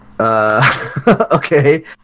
Okay